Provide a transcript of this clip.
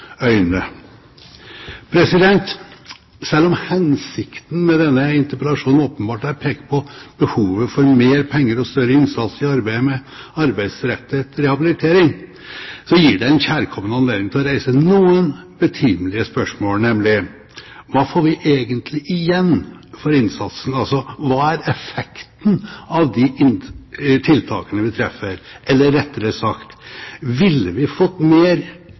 øyne. Selv om hensikten med denne interpellasjonen åpenbart er å peke på behovet for mer penger og større innsats i arbeidet med arbeidsrettet rehabilitering, gir det en kjærkommen anledning til å reise noen betimelige spørsmål: Hva får vi egentlig igjen for innsatsen? Hva er effekten av de tiltakene vi treffer? Eller rettere sagt: Ville vi fått